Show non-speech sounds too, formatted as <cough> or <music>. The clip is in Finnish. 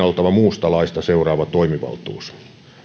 <unintelligible> oltava muusta laista seuraava toimivaltuus